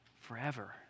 forever